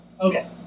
Okay